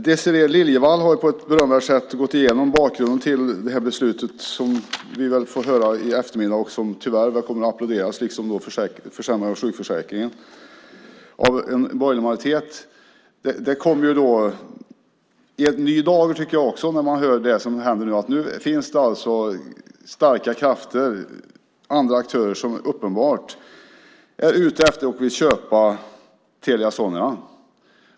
Désirée Liljevall har på ett berömvärt sätt gått igenom bakgrunden till det beslut som vi väl får uppleva i eftermiddag och som tyvärr kommer att applåderas, liksom den försämrade sjukförsäkringen, av en borgerlig majoritet. Det kommer också i en ny dager, tycker jag, när man hör vad som händer nu. Det finns alltså starka krafter, andra aktörer, som uppenbart är ute efter och vill köpa Telia Sonera.